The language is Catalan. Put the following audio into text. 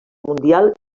mundial